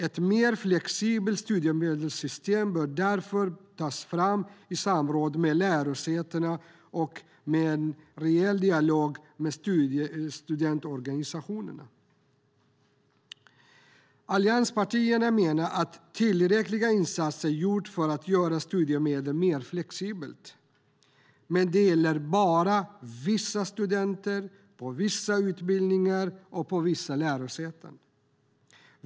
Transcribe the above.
Ett mer flexibelt studiemedelssystem bör därför tas fram i samråd med lärosätena och i en reell dialog med studentorganisationerna. Allianspartierna menar att tillräckliga insatser gjorts för att göra studiemedlet mer flexibelt. Men det gäller bara vissa studenter, på vissa utbildningar och på vissa lärosäten.